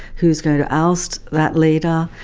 who's going to oust that leader,